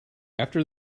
after